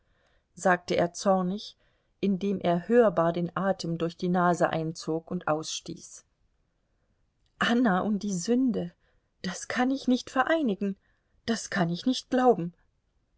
sagte er zornig indem er hörbar den atem durch die nase einzog und ausstieß anna und die sünde das kann ich nicht vereinigen das kann ich nicht glauben